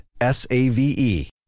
S-A-V-E